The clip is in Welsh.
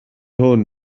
hwn